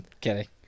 Kidding